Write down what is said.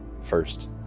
first